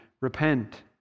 repent